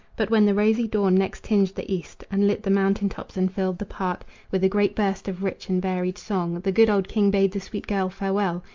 but when the rosy dawn next tinged the east and lit the mountain-tops and filled the park with a great burst of rich and varied song, the good old king bade the sweet girl farewell,